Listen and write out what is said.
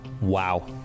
Wow